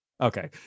Okay